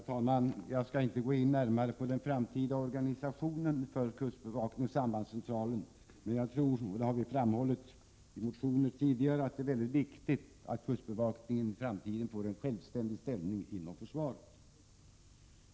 Herr talman! Jag skall inte närmare gå in på den framtida organisationen av kustbevakningen och sambandscentralen. Men jag tror, vilket tidigare framhållits i motioner, att det är mycket viktigt att kustbevakningen i framtiden får en självständig ställning inom försvaret.